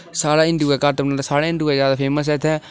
साढ़ै हिंदुएं घट्ट बनांदे साढ़ै हिंदुएं ज्यादा फेमस ऐ इत्थै